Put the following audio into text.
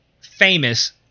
famous